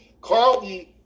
Carlton